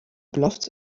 blaft